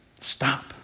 Stop